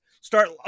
start